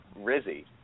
Rizzy